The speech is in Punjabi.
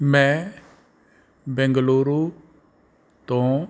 ਮੈਂ ਬੈਂਗਲੁਰੂ ਤੋਂ